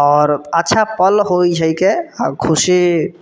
आओर अच्छा पल होइ छै के आओर खुशी